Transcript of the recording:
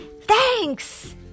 Thanks